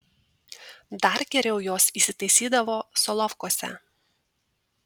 dar geriau jos įsitaisydavo solovkuose